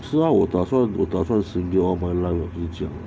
是啊我打算我打算 single all my life 我跟你讲